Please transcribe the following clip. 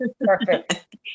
Perfect